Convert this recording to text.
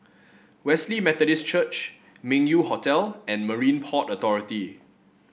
Wesley Methodist Church Meng Yew Hotel and Marine And Port Authority